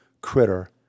critter